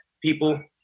people